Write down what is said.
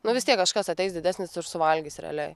nu vis tiek kažkas ateis didesnis ir suvalgys realiai